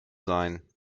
sein